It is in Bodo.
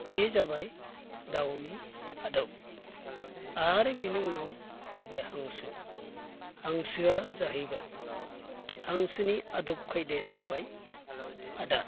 बे जाबाय दाउनि आदब आरो बिनि उनाव फैबाय हांसो हांसोआ जाहैबाय हांसोनि आदब खायदाया जाबाय आदार